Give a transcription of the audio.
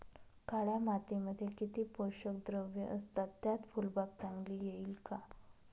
काळ्या मातीमध्ये किती पोषक द्रव्ये असतात, त्यात फुलबाग चांगली येईल का?